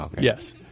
yes